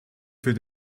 für